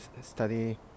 study